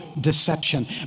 deception